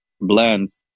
blends